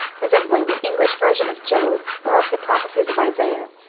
resembling the english version of job or of the prophecies of isaiah.